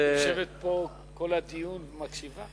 היא יושבת פה כל הדיון ומקשיבה.